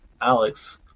Alex